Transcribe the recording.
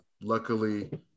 luckily